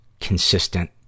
consistent